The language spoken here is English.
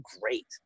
great